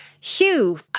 Hugh